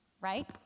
Right